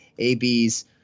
AB's